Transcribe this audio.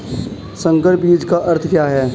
संकर बीज का अर्थ क्या है?